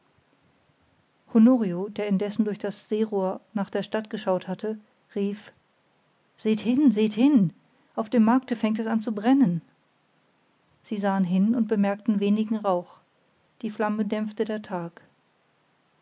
honorio der indessen durch das sehrohr nach der stadt geschaut hatte rief seht hin seht hin auf dem markte fängt es an zu brennen sie sahen hin und bemerkten wenigen rauch die flamme dämpfte der tag